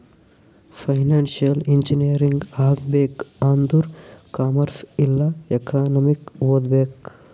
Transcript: financial engineering ಆಗ್ಬೇಕ್ ಆಂದುರ್ commerce ಇಲ್ಲಾ ಎಕನಾಮಿಕ್ ಓದ್ಬೇಕ್